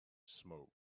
smoke